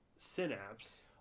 Synapse